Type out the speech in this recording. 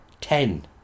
Ten